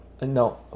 No